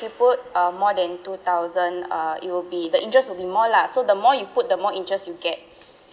you put uh more than two thousand uh it will be the interest will be more lah so the more you put the more interest you get